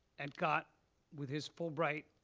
and got with his fulbright,